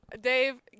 Dave